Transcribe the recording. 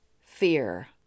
fear